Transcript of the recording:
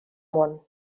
món